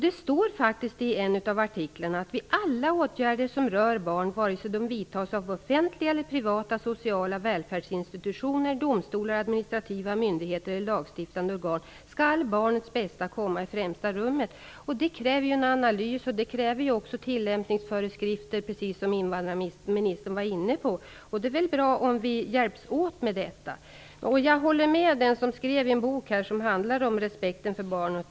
Det står faktiskt i en av artiklarna: Vid alla åtgärder som rör barn, vare sig de vidtas av offentliga eller privata sociala välfärdsinstitutioner, domstolar, administrativa myndigheter eller lagstiftande organ skall barnets bästa komma i främsta rummet. Det kräver ju en analys och tillämpningsföreskrifter, precis som invandrarministern var inne på. Det är väl bra om vi hjälps åt med detta. Jag håller med barnläkaren Lars H Gustafsson, som skrev en bok som handlade om respekten för barn.